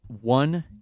one